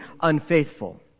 unfaithful